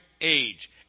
age